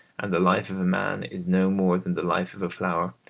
and the life of a man is no more than the life of a flower,